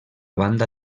banda